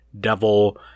devil